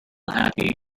happy